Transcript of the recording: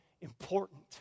important